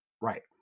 Right